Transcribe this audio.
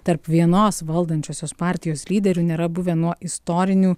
tarp vienos valdančiosios partijos lyderių nėra buvę nuo istorinių